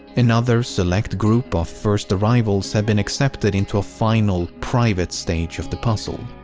another select group of first arrivals had been accepted into a final private stage of the puzzle.